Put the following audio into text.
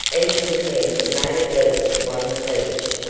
each of the men made at least one speech,